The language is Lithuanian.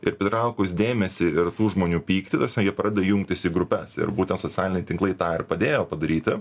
ir pritraukus dėmesį ir tų žmonių pyktį tasme jie pradeda jungtis į grupes ir būtent socialiniai tinklai tą ir padėjo padaryti